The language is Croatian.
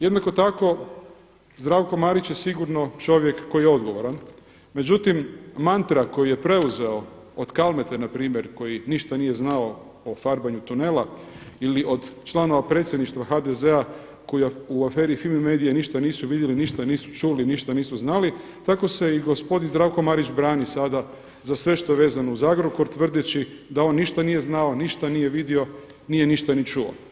Jednako tako Zdravko Marić je sigurno čovjek koji je odgovoran, međutim mantra koju je preuzeo od Kalmete npr. koji ništa nije znao o farbanju tunela ili od članova predsjedništva HDZ-a koji u aferi Fimi Medije ništa nisu vidjeli, ništa nisu čuli, ništa nisu znali, tako se i gospodin Marić brani sada za sve što je vezano uz Agrokor da on ništa nije znao, ništa nije vidio, nije ništa ni čuo.